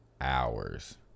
hours